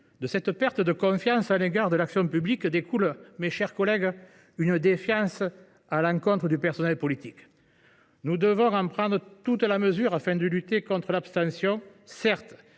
De cette perte de confiance à l’égard de l’action publique découle une défiance à l’encontre du personnel politique. Nous devons en prendre toute la mesure, afin de lutter contre l’abstention, certes,